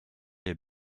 les